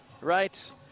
right